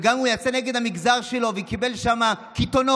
גם אם הוא יצא נגד המגזר שלו וקיבל שם קיתונות,